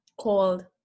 called